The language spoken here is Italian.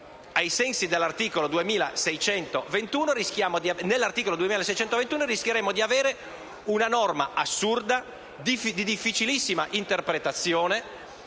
del codice civile rischiamo di avere una norma assurda, di difficilissima interpretazione